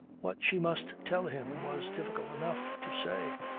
what she must tell him was difficult enough to say.